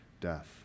death